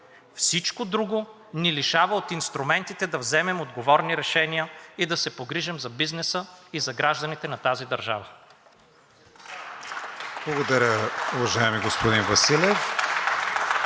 Всичко друго ни лишава от инструментите да вземем отговорни решения и да се погрижим за бизнеса и за гражданите на тази държава. (Ръкопляскания от „Продължаваме